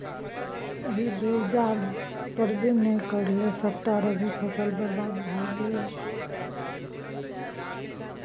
एहि बेर जाड़ पड़बै नै करलै सभटा रबी फसल बरबाद भए गेलै